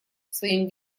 своим